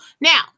now